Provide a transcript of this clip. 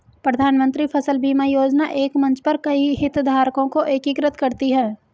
प्रधानमंत्री फसल बीमा योजना एक मंच पर कई हितधारकों को एकीकृत करती है